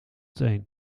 teen